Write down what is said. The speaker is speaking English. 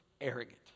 arrogant